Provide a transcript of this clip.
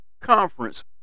conference